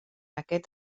aquest